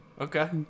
Okay